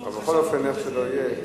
אבל בכל אופן, איך שלא יהיה,